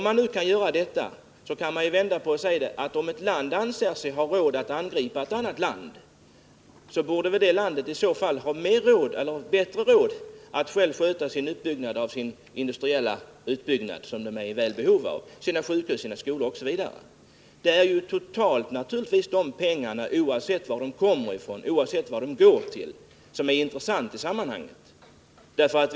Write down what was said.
Kan man göra detta kan man vända på det hela och säga, att om ett land anser sig ha råd att angripa ett annat land, borde väl landet i fråga i så fall ha bättre råd att självt sköta den nödvändiga industriella utbyggnaden och uppförandet av sjukhus, skolor m.m. Det är naturligtvis den totala summan pengar, oavsett varifrån de kommer och vart de går, som är det intressanta i sammanhanget.